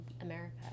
America